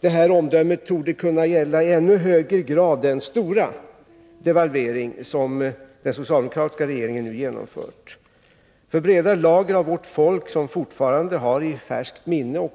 Det omdömet torde i ännu högre grad kunna gälla den stora devalvering som den socialdemokratiska regeringen nu har genomfört. För breda lager av vårt folk, som fortfarande har i färskt minne